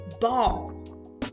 ball